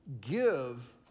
Give